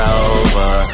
over